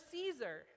Caesar